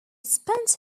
spent